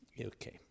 Okay